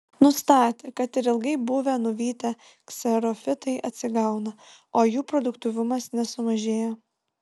nustatė kad ir ilgai buvę nuvytę kserofitai atsigauna o jų produktyvumas nesumažėja